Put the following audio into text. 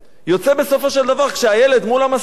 יוצא בסופו של דבר שכשהילד מול המסך,